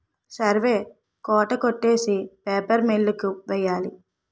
సరివే తోట కొట్టేసి paper mill కి వెయ్యాలి